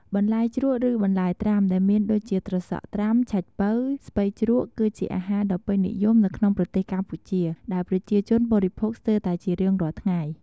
បន្លែជ្រក់ឬបន្លែត្រាំដែលមានដូចជាត្រសក់ត្រាំ ឆៃប៉ូវ ស្ពៃជ្រក់ គឺជាអាហារដ៏ពេញនិយមនៅក្នុងប្រទេសកម្ពុជាដែលប្រជាជនបរិភោគស្ទេីរតែជារៀងរាល់ថ្ងៃ។